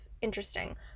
interesting